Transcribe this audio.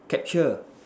capture